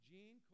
Jean